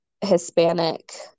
hispanic